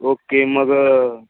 okay मग